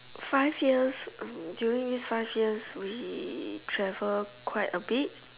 five years hmm during these five years we travelled quite a bit